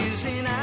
Using